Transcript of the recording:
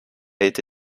été